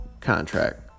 contract